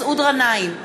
מסעוד גנאים,